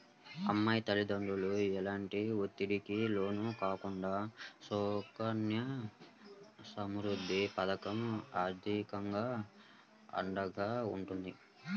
అమ్మాయి తల్లిదండ్రులు ఎలాంటి ఒత్తిడికి లోను కాకుండా సుకన్య సమృద్ధి పథకం ఆర్థికంగా అండగా ఉంటుంది